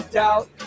doubt